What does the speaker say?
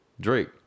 Drake